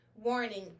Warning